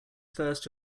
first